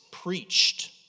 preached